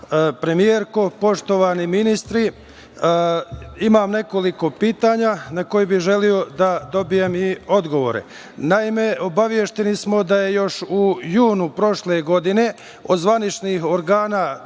premijerko, poštovani ministri, imam nekoliko pitanja na koje bih želeo da dobijem i odgovore. Naime, obavešteni smo da je još u junu prošle godine od zvaničnih organa